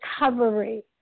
recovery